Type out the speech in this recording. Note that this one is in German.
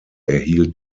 erhielt